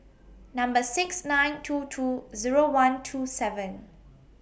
Number six nine two two Zero one two seven